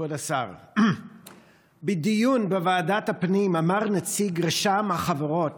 כבוד השר, בדיון בוועדת הפנים אמר נציג רשם החברות